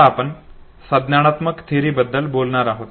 आता आपण संज्ञानात्मक थेअरी बद्दल बोलणार आहोत